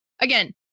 again